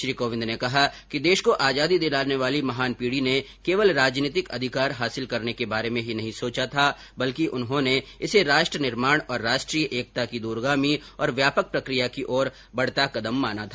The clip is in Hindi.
श्री कोविंद ने कहा कि देश को आजादी दिलाने वाली महान पीढ़ी ने केवल राजीनीतिक अधिकार हासिल करने के बारे में ही नहीं सोचा था बल्कि उन्होंने इसे राष्ट्र निर्माण और राष्ट्रीय एकता की दूरगामी और व्यापक प्रक्रिया की ओर बढ़ता कदम माना था